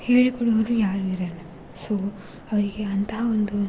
ಹೇಳಿಕೊಡುವವ್ರು ಯಾರೂ ಇರಲ್ಲ ಸೊ ಅವರಿಗೆ ಅಂಥ ಒಂದು